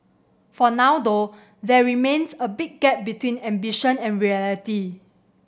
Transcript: for now though there remains a big gap between ambition and reality